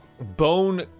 bone